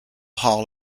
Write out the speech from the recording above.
hall